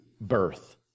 birth